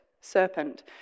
serpent